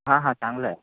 हां हां चांगला आहे